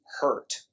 hurt